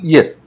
Yes